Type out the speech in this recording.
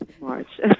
March